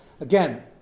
again